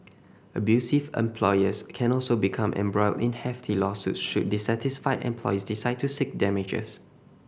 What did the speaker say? abusive employers can also become embroiled in hefty lawsuits should dissatisfied employees decide to seek damages